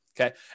Okay